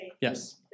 Yes